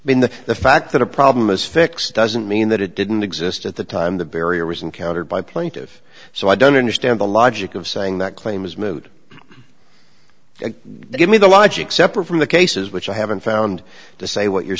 been the the fact that a problem is fixed doesn't mean that it didn't exist at the time the barrier was encountered by plaintive so i don't understand the logic of saying that claim is moot give me the logic separate from the cases which i haven't found to say what you're